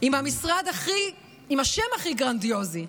עם המשרד עם השם הכי גרנדיוזי,